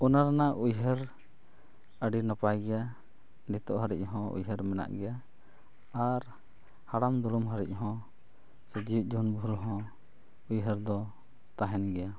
ᱚᱱᱟ ᱨᱮᱱᱟᱜ ᱩᱭᱦᱟᱹᱨ ᱟᱹᱰᱤ ᱱᱟᱯᱟᱭ ᱜᱮᱭᱟ ᱱᱤᱛᱚᱜ ᱦᱟᱹᱨᱤᱡ ᱦᱚᱸ ᱩᱭᱦᱟᱹᱨ ᱢᱮᱱᱟᱜ ᱜᱮᱭᱟ ᱟᱨ ᱦᱟᱲᱟᱢᱼᱫᱩᱲᱩᱢ ᱦᱟᱹᱨᱤᱡ ᱦᱚᱸ ᱥᱮ ᱡᱤᱣᱮᱛ ᱡᱤᱵᱚᱱ ᱵᱷᱳᱨ ᱦᱚᱸ ᱩᱭᱦᱟᱹᱨ ᱫᱚ ᱛᱟᱦᱮᱱ ᱜᱮᱭᱟ